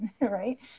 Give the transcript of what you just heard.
right